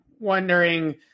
wondering